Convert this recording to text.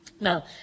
Now